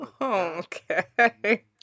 Okay